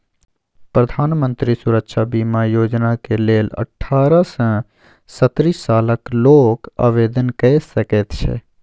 प्रधानमंत्री सुरक्षा बीमा योजनाक लेल अठारह सँ सत्तरि सालक लोक आवेदन कए सकैत छै